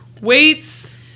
Weights